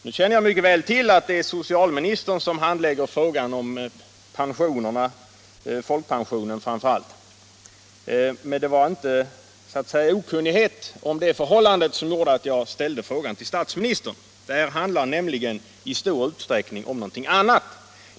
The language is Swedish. Jag känner mycket väl till att det är socialministern som handlägger frågor om pension, framför allt folkpensionen. Det var sålunda inte okunnighet om det förhållandet som gjorde att jag ställde frågan till statsministern. Det här handlar nämligen i stor utsträckning om något annat.